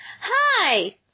Hi